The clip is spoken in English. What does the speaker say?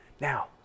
Now